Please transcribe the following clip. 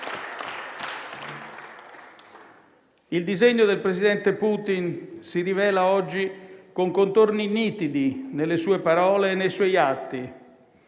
Il disegno del presidente Putin si rivela oggi con contorni nitidi nelle sue parole e nei suoi atti.